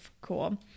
cool